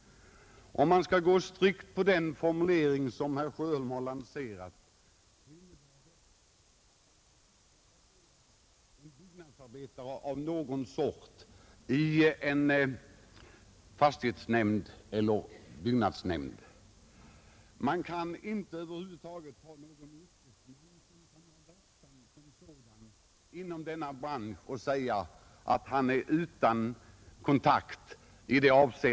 Om man går strikt på den formulering som herr Sjöholm lanserat innebär det, att man inte kan placera en byggnadsarbetare av någon sort i en fastighetsnämnd eller byggnadsnämnd. Man kan över huvud taget inte om någon person som är verksam inom denna bransch säga, att han inte har de kontakter som herr Sjöholm avser.